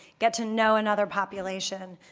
get to know another population,